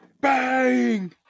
Bang